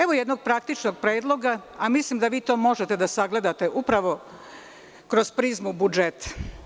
Evo jednog praktičnog predloga, a mislim da vi to možete da sagledate, upravo kroz prizmu budžeta.